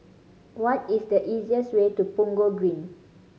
what is the easiest way to Punggol Green